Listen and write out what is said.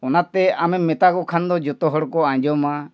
ᱚᱱᱟᱛᱮ ᱟᱢᱮᱢ ᱢᱮᱛᱟ ᱠᱚ ᱠᱷᱟᱱ ᱫᱚ ᱡᱚᱛᱚ ᱦᱚᱲᱠᱚ ᱟᱸᱡᱚᱢᱟ